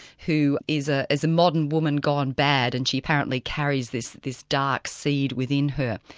who is ah is a modern woman gone bad and she apparently carries this this dark seed within her.